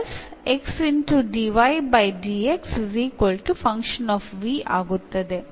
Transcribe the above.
ಇದು ಈಗ ಆಗುತ್ತದೆ